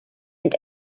and